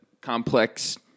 complex